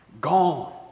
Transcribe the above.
Gone